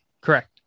Correct